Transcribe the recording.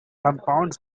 compounds